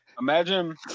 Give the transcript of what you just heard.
Imagine